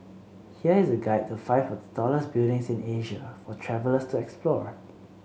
here is a guide to five of the tallest buildings in Asia for travellers to explore